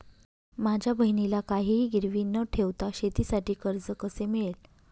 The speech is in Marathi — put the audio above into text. माझ्या बहिणीला काहिही गिरवी न ठेवता शेतीसाठी कर्ज कसे मिळेल?